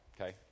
okay